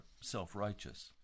self-righteous